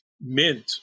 mint